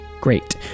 Great